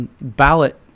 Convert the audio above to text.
ballot